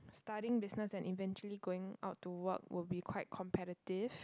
studying business and eventually going out to work will be quite competitive